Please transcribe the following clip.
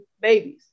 babies